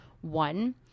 one